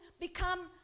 become